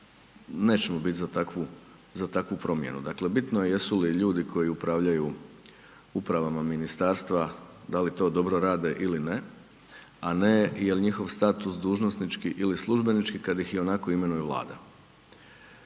nećemo biti za takvu promjenu. Dakle bitno je jesu li ljudi koji upravljaju uprava ministarstva da li to dobro rade ili ne a ne jel' njihov status dužnosnički ili službenički kad ih ionako imenuje Vlada.